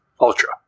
ultra